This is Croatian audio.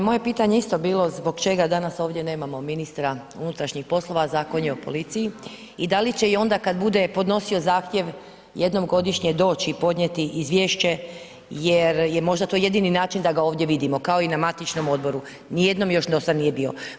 Moje pitanje je isto bilo, zbog čega danas ovdje nemamo ministra unutrašnjih poslova, Zakon je o policiji i da li će i onda kada bude podnosio zahtjev jednom godišnje doći i podnijeti izvješće jer je možda to jedini način da ga ovdje vidimo kao i na matičnom odboru, ni jednom još do sada nije bio.